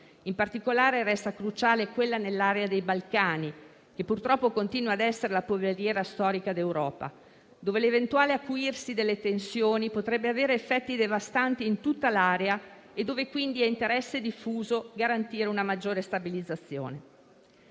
In particolare resta cruciale quella nell'area dei Balcani, che purtroppo continua ad essere la polveriera storica d'Europa, dove l'eventuale acuirsi delle tensioni potrebbe avere effetti devastanti in tutta l'area e dove quindi è interesse diffuso garantire una maggiore stabilizzazione.